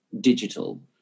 digital